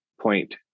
point